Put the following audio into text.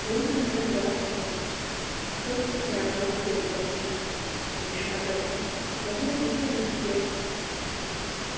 दुर्बलः जातः स्वस्य प्राणान् त्यक्तवान् एषा कथा मम जीवनस्य